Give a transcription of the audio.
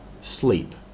sleep